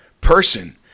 person